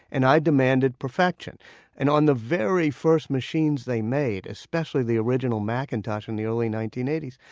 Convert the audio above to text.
and i demanded perfection and on the very first machines they made, especially the original macintosh in the early nineteen eighty s,